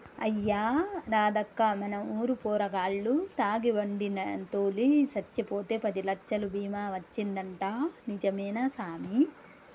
అయ్యా రాదక్కా మన ఊరు పోరగాల్లు తాగి బండి తోలి సచ్చిపోతే పదిలచ్చలు బీమా వచ్చిందంటా నిజమే సామి